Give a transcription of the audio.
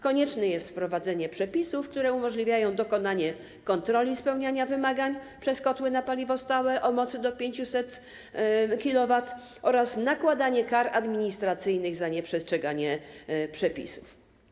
Konieczne jest wprowadzenie przepisów, które umożliwiają dokonanie kontroli spełniania wymagań przez kotły na paliwo stałe o mocy do 500 kW oraz nakładanie kar administracyjnych za nieprzestrzeganie przepisów.